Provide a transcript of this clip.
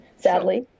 sadly